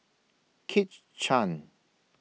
Kit Chan